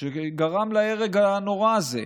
שגרם להרג הנורא הזה.